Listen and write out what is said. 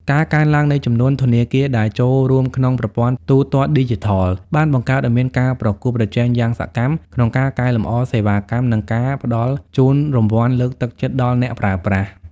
ការកើនឡើងនៃចំនួនធនាគារដែលចូលរួមក្នុងប្រព័ន្ធទូទាត់ឌីជីថល បានបង្កើតឱ្យមានការប្រកួតប្រជែងយ៉ាងសកម្មក្នុងការកែលម្អសេវាកម្ម និងការផ្ដល់ជូនរង្វាន់លើកទឹកចិត្តដល់អ្នកប្រើប្រាស់។